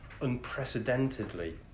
unprecedentedly